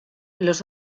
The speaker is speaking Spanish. los